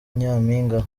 nyampinga